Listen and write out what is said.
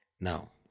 Now